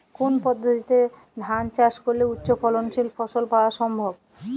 কোন পদ্ধতিতে ধান চাষ করলে উচ্চফলনশীল ফসল পাওয়া সম্ভব?